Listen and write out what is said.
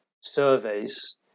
surveys